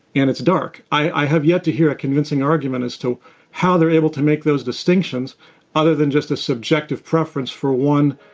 and it's dark. i have yet to hear a convincing argument as to how they're able to make those distinctions other than just a subjective preference for one,